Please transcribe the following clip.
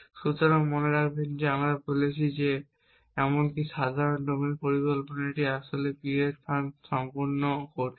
সুতরাং মনে রাখবেন যে আমরা বলেছি যে এমনকি এই সাধারণ ডোমেন পরিকল্পনাটি আসলে এটির p এর স্থান সম্পূর্ণ কঠিন